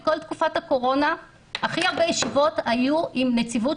בכל תקופת הקורונה הכי הרבה ישיבות היו עם נציבות